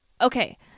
okay